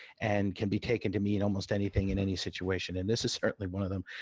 and can be taken to mean almost anything in any situation. and this is certainly one of them.